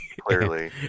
Clearly